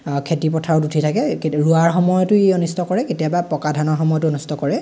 অঁ খেতি পথাৰত উঠি থাকে ৰোৱাৰ সময়তো ই অনিষ্ট কৰে কেতিয়াবা পকা ধানৰ সময়তো নষ্ট কৰে